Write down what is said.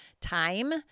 time